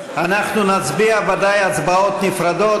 אנחנו תכף נעבור להצבעה על הצעות החוק.